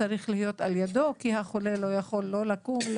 כי החולה לא יכול לקום,